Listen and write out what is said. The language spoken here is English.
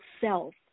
self